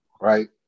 right